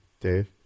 Dave